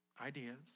ideas